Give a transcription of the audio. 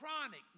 chronic